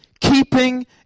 Keeping